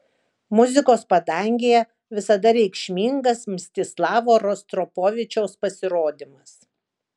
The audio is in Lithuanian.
muzikos padangėje visada reikšmingas mstislavo rostropovičiaus pasirodymas